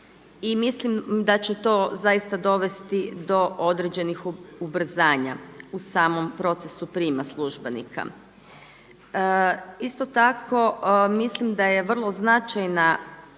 mislim da će to zaista dovesti do određenih ubrzanja u samom procesu prijema službenika. Isto tako, mislim da je vrlo značajna